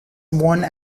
one